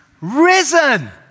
risen